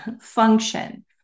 function